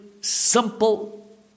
simple